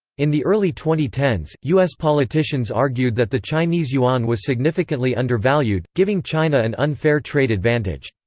in the early twenty ten s, us politicians argued that the chinese yuan was significantly undervalued, giving china an unfair trade advantage.